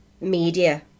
media